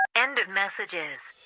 end of messages